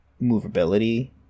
movability